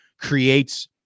creates